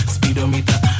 Speedometer